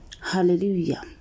Hallelujah